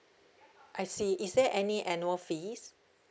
I see is there any annual fees